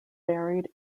varied